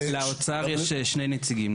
לאוצר יש שני נציגים.